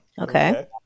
Okay